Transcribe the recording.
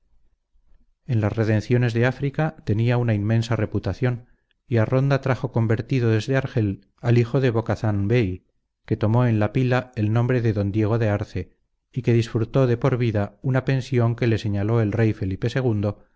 en las redenciones de áfrica tenía una inmensa reputación y a ronda trajo convertido desde argel al hijo de bocazan bey que tomó en la pila el nombre de don diego de arce y que disfrutó de por vida una pensión que le señaló el rey felipe